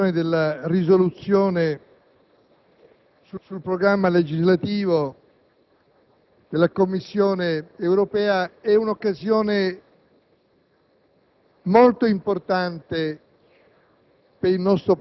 la discussione diretta all'approvazione della risoluzione sul programma legislativo della Commissione europea è stata un'occasione